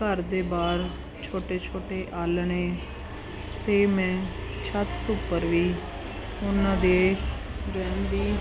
ਘਰ ਦੇ ਬਾਹਰ ਛੋਟੇ ਛੋਟੇ ਆਲ੍ਹਣੇ ਅਤੇ ਮੈਂ ਛੱਤ ਉੱਪਰ ਵੀ ਉਹਨਾਂ ਦੇ ਰਹਿਣ ਦੀ